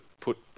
put